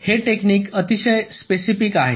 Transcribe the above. हे टेक्निक अतिशय स्पेसिफिक आहे